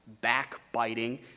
backbiting